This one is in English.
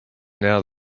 now